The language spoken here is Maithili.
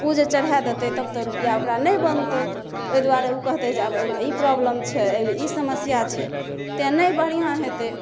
ओ जे चढ़ा देतै तब तऽ रुपैआ ओकरा नहि बनतै तऽ ओहि दुआरे ओ कहतै एहिमे ई प्रोब्लम छै एहिमे ई समस्या छै तैं नहि बढ़िऑं हेतै